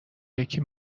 یکی